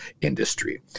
industry